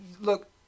look